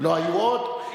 לא היו עוד?